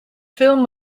film